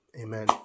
amen